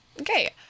okay